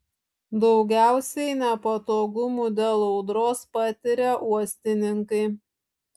daugiausiai nepatogumų dėl audros patiria uostininkai